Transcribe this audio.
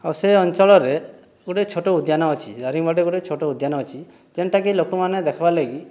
ଆଉ ସେ ଅଞ୍ଚଳରେ ଗୋଟିଏ ଛୋଟ ଉଦ୍ୟାନ ଅଛି ଦାରିଙ୍ଗ୍ବାଡ଼ିରେ ଗୋଟିଏ ଛୋଟ ଉଦ୍ୟାନ ଅଛି ଯେନ୍ଟାକି ଲୋକମାନେ ଦେଖ୍ବାର୍ ଲାଗି